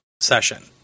session